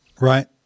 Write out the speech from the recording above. Right